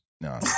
No